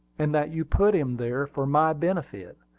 and that you put him there for my benefit.